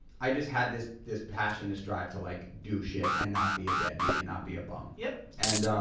i just had this this passion this drive to like do shit and not be a deadbeat and not be a bum. yeah and